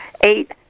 eight